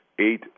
eight